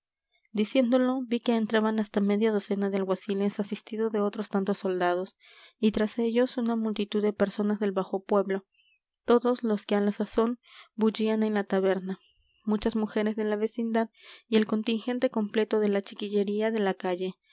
diciéndolo vi que entraban hasta media docena de alguaciles asistidos de otros tantos soldados y tras ellos una multitud de personas del bajo pueblo todos los que a la sazón bullían en la taberna muchas mujeres de la vecindad y el contingente completo de la chiquillería de la calle